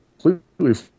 completely